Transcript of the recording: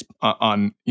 on